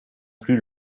plus